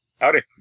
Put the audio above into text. Howdy